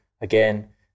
Again